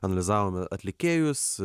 analizavome atlikėjus